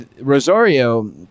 Rosario